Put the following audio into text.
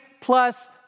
plus